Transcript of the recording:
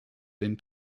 den